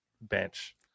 bench